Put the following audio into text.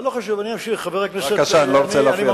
לא חשוב, אני אמשיך, בבקשה, אני לא אפריע לך.